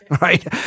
right